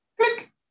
Click